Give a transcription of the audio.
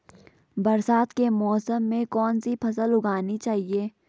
बरसात के मौसम में कौन सी फसल उगानी चाहिए?